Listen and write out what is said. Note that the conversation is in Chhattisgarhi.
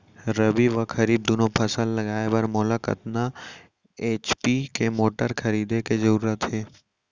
रबि व खरीफ दुनो फसल लगाए बर मोला कतना एच.पी के मोटर खरीदे के जरूरत हे?